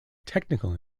technical